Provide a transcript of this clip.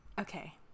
Okay